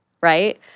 Right